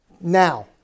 Now